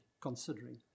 considering